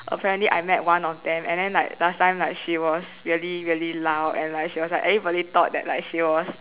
apparently I met one of them and then like last time like she was really really loud and like she was like everybody thought that like she was